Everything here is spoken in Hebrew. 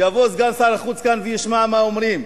שיבוא סגן החוץ לכאן וישמע מה אומרים.